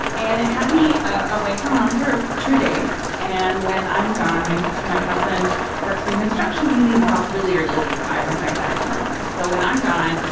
and it had me ah away from home for two days. and when i'm gone, my son, so my husband works in construction. he leaves house really early like five or five thirty normally. so when i'm gone,